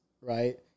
right